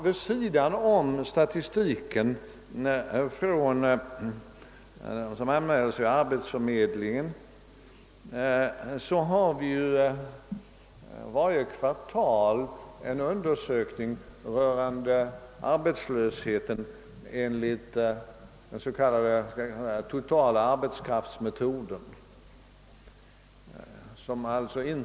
Vid sidan av statistiken över dem som är anmälda till arbetsförmedlingen görs varje kvartal en undersökning rörande arbetslösheten enligt den s.k. totala arbetskraftmetoden, den amerikanska labour-force-metoden.